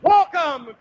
Welcome